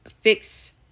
fix